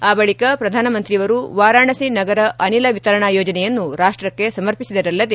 ಆ ಬಳಿಕ ಶ್ರಧಾನಮಂತ್ರಿಯವರು ವಾರಾಣಸಿ ನಗರ ಅನಿಲ ವಿತರಣಾ ಯೋಜನೆಯನ್ನು ರಾಷ್ಟಕ್ಕೆ ಸಮರ್ಖಸಿದರಲ್ಲದೆ